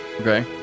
Okay